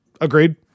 Agreed